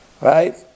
Right